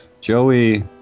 Joey